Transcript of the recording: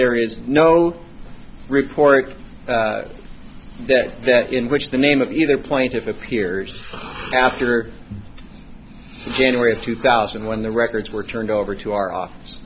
there is no report that that in which the name of either plaintiff appears after january of two thousand and one the records were turned over to our office